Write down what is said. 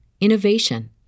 innovation